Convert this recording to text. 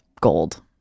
gold